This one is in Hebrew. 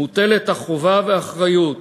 מוטלת החובה והאחריות